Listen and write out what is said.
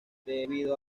debido